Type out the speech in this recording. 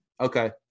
Okay